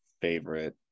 favorite